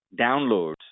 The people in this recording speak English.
downloads